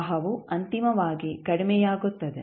ಪ್ರವಾಹವು ಅಂತಿಮವಾಗಿ ಕಡಿಮೆಯಾಗುತ್ತದೆ